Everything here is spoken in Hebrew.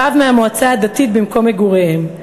הרב מהמועצה הדתית במקום מגוריהם,